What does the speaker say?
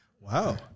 Wow